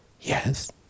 Yes